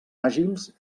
àgils